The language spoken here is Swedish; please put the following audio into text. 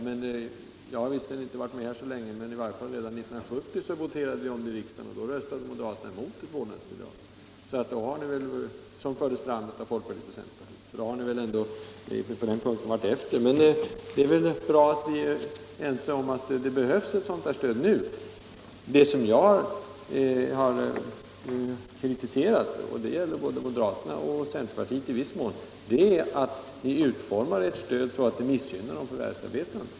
Jag har visserligen inte varit med här så länge, men jag vet att vi voterade om detta i riksdagen i varje fall redan 1970, och då röstade moderaterna emot det förslag om vårdnadsbidrag som fördes fram av folkpartiet och centerpartiet. Således har ni varit efter på den här punkten. Det är bra att vi nu är ense om att det behövs ett sådant här stöd. Det som jag har kritiserat — det gäller både moderaterna och, i viss mån, centerpartiet — är att ni utformar ert stöd så att det missgynnar de förvärvsarbetande.